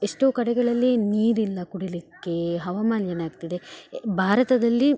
ಎಷ್ಟೋ ಕಡೆಗಳಲ್ಲಿ ನೀರಿಲ್ಲ ಕುಡಿಲಿಕ್ಕೆ ಹವಾಮಾನ ಏನಾಗ್ತದೆ ಭಾರತದಲ್ಲಿ